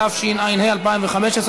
התשע"ה 2015,